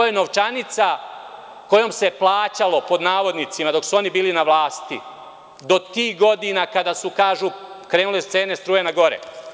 Ovo je novčanica kojom se „plaćalo“ pod navodnicima dok su oni bili na vlasti, do tih godina kada su kažu krenule cene struje na gore.